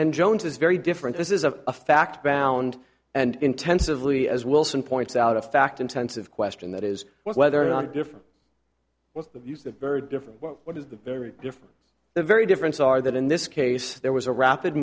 and jones is very different this is a fact bound and intensively as wilson points out a fact intensive question that is was whether or not different views that very different what is the very different the very difference are that in this case there was a rapid